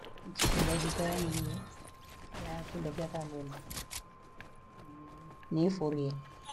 Nichikunda dukani wee yaa kindochakago nifuriye.